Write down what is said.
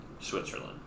Switzerland